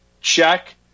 Check